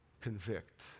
convict